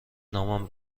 نامم